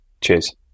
Cheers